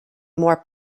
more